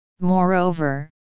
Moreover